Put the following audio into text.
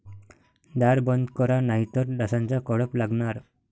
दार बंद करा नाहीतर डासांचा कळप लागणार